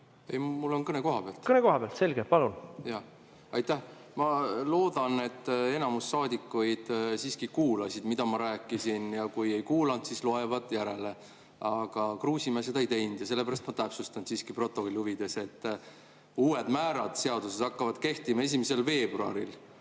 Ei, mul on kõne kohapealt. Kõne kohapealt. Selge. Palun! Jah, aitäh! Ma loodan, et enamik saadikuid siiski kuulas, mida ma rääkisin, ja kui ei kuulanud, siis loevad järele. Aga Kruusimäe seda ei teinud ja sellepärast ma täpsustan siiski [stenogrammi] huvides. Uued määrad seaduses hakkavad kehtima 1. veebruaril.